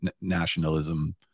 nationalism